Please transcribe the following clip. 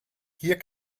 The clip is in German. hier